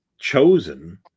chosen